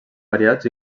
variats